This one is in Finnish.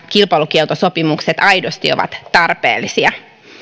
kilpailukieltosopimukset aidosti ovat tarpeellisia